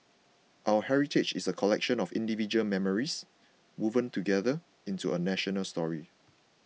our heritage is a collection of individual memories woven together into a national story